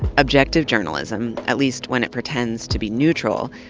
objective journalism, at least when it pretends to be neutral,